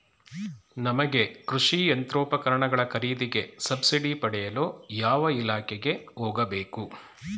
ನಮಗೆ ಕೃಷಿ ಯಂತ್ರೋಪಕರಣಗಳ ಖರೀದಿಗೆ ಸಬ್ಸಿಡಿ ಪಡೆಯಲು ಯಾವ ಇಲಾಖೆಗೆ ಹೋಗಬೇಕು?